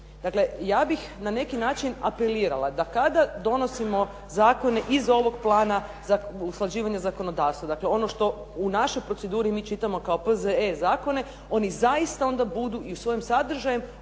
Dakle, ja bih na neki način apelirala da kada donosimo zakone iz ovog plana usklađivanje zakonodavstva, dakle ono što u našoj proceduri mi čitamo P.Z.E. zakone oni zaista onda budu i svojim sadržajem